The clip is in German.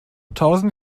tausend